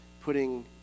putting